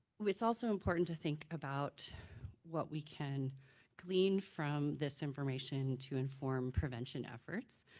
it's also important to think about what we can glean from this information to inform prevention efforts.